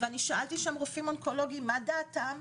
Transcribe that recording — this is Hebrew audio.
שאלתי רופאים אונקולוגיים מה דעתם.